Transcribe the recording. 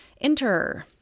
Enter